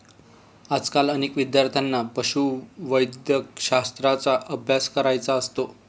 आजकाल अनेक विद्यार्थ्यांना पशुवैद्यकशास्त्राचा अभ्यास करायचा असतो